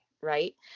right